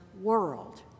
world